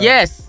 Yes